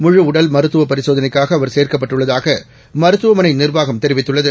முழுஉடல்மருத்துவப்பரிசோதனைக்காகஅவர்சேர்க்கப்பட் டுள்ளதாகமருத்துவமனைநிர்வாகம்தெரிவித்துள்ளது